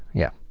yeah.